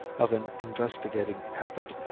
of an investigating habit,